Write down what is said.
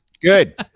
good